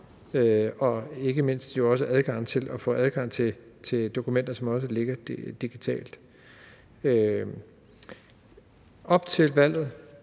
sig, ikke mindst muligheden for at få adgang til dokumenter, som også ligger digitalt. Op til valget